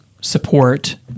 support